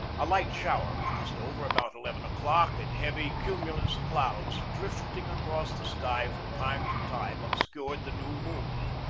a light shower passed over about eleven o'clock and heavy, cumulus clouds drifting across the sky from time to time obscured the new moon.